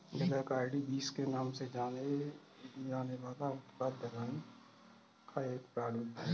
black eyed beans के नाम से जाना जाने वाला उत्पाद दलहन का एक प्रारूप है